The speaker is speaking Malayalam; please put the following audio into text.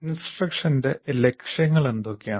ഇൻസ്ട്രക്ഷന്റെ ലക്ഷ്യങ്ങൾ എന്തൊക്കെയാണ്